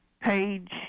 page